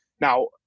now